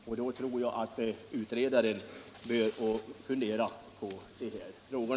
Därför tror jag att utredare bör få fundera över dessa frågor.